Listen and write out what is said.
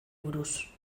buruz